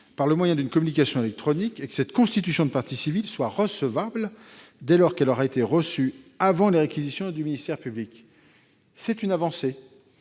au moyen d'une communication électronique et que cette constitution de partie civile est recevable dès lors qu'elle aura été reçue avant les réquisitions du ministère public. Cela constitue une avancée.